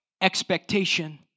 expectation